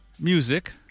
music